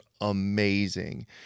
amazing